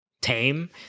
Tame